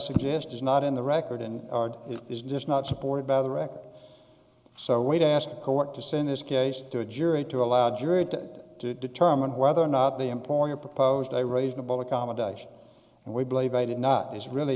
suggest is not in the record and it is just not supported by the record so way to ask a court to send this case to a jury to allow jury that to determine whether or not the import your proposed a reasonable accommodation and we believe they did not is really